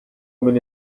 min